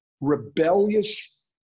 rebellious